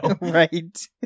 right